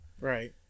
Right